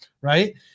right